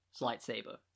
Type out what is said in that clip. lightsaber